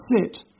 sit